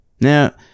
Now